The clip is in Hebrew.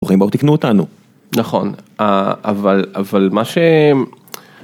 ברוכים הבאים תיקנו אותנו. נכון אבל אבל מה שהם